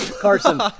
Carson